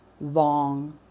long